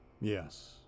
Yes